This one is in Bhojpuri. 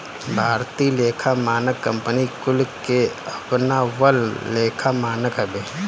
भारतीय लेखा मानक कंपनी कुल के अपनावल लेखा मानक हवे